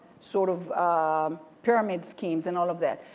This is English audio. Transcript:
sort of pyramid schemes and all of that.